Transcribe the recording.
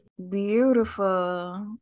beautiful